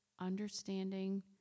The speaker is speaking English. understanding